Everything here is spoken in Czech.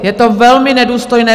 Je to velmi nedůstojné!